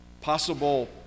Possible